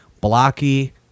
blocky